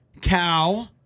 cow